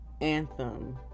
anthem